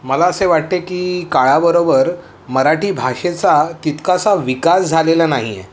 मला असे वाटते की काळाबरोबर मराठी भाषेचा तितकासा विकास झालेला नाही आहे